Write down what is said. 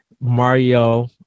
Mario